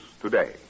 today